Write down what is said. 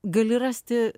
gali rasti